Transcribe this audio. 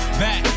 back